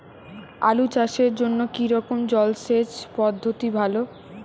আলু চাষের জন্য কী রকম জলসেচ পদ্ধতি ভালো?